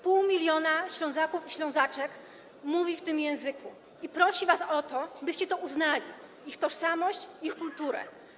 Pół miliona Ślązaków i Ślązaczek mówi w tym języku i prosi was o to, byście to uznali, ich tożsamość, ich kulturę.